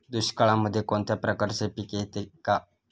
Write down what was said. दुष्काळामध्ये कोणत्या प्रकारचे पीक येते का?